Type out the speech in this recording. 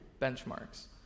benchmarks